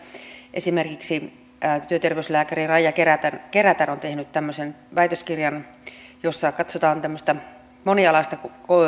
esimerkiksi työterveyslääkäri raija kerätär kerätär on tehnyt väitöskirjan jossa katsotaan tämmöistä monialaista